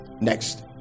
Next